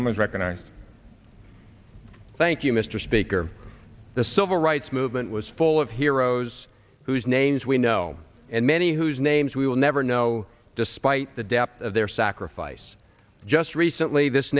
much recognize thank you mr speaker the civil rights movement was full of heroes whose names we know and many whose names we will never know despite the depth of their sacrifice just recently this